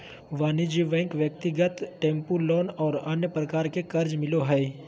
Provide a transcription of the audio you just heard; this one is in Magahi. वाणिज्यिक बैंक ब्यक्तिगत टेम्पू लोन और अन्य प्रकार के कर्जा मिलो हइ